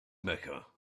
mecca